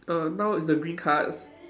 err now is the green cards